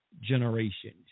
generations